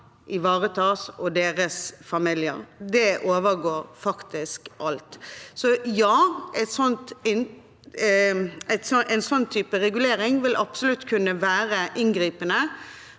barna og deres familier ivaretas. Det overgår faktisk alt. Så ja, en sånn type regulering vil absolutt kunne være inngripende,